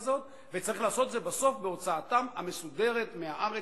צריך לעשות את זה בסוף בהוצאתם המסודרת מהארץ,